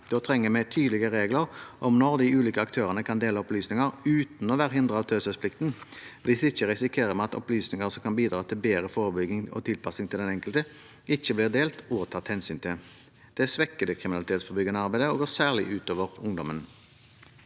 Da trenger vi tydelige regler om når de ulike aktørene kan dele opplysninger uten å være hindret av taushetsplikten. Hvis ikke risikerer vi at opplysninger som kan bidra til bedre forebygging og tilpassing til den enkelte, ikke blir delt og tatt hensyn til. Det svekker det kriminalitetsforebyggende arbeidet og går særlig ut over ungdommen.